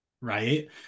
right